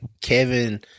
Kevin